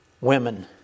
women